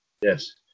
yes